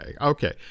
Okay